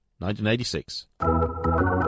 1986